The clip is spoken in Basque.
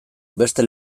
beste